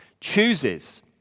chooses